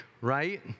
right